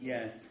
Yes